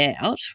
out